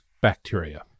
bacteria